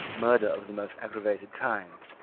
murder of the most aggravated kind,